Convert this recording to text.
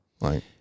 Right